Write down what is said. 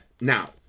Now